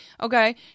Okay